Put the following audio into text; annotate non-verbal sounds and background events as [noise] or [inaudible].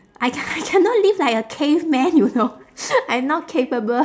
I c~ I cannot live like a caveman you know [laughs] I'm not capable